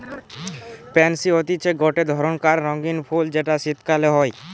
pansy হতিছে গটে ধরণকার রঙ্গীন ফুল যেটা শীতকালে হই